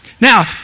now